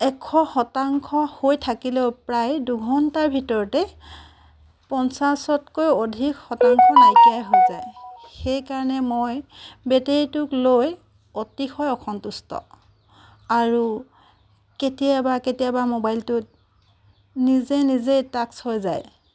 এশ শতাংশ হৈ থাকিলেও প্ৰায় দুঘণ্টাৰ ভিতৰতে পঞ্চাছতকৈ অধিক শতাংশ নাইকিয়াই হৈ যায় সেইকাৰণে মই বেটেৰিটোক লৈ অতিশয় অসন্তুষ্ট আৰু কেতিয়াবা কেতিয়াবা ম'বাইলটোত নিজে নিজে টাচ হৈ যায়